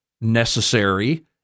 necessary